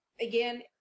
again